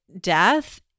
death